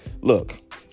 Look